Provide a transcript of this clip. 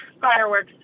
fireworks